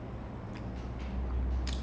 that's something that I look forward to